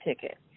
ticket